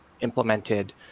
implemented